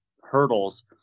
hurdles